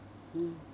mm